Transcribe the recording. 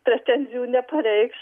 pretenzijų nepareikš